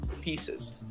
pieces